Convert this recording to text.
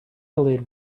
lid